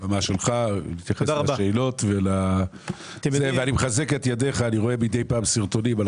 אני מחזק את ידיך רואה מדי פעם סרטונים על